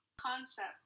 Concept